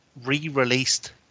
re-released